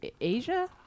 Asia